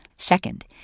Second